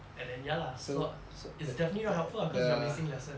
and then ya lah so so it's definitely not helpful lah cause you're missing lessons